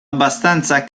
abbastanza